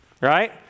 right